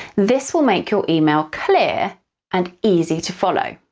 this will make your email clear and easy to follow.